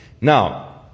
Now